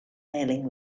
mailing